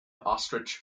ostrich